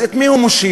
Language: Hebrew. אז את מי הוא מושיע?